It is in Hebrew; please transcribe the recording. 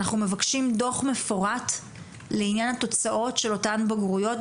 אנחנו מבקשים דוח מפורט לעניין התוצאות את אותם בגרויות,